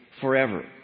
forever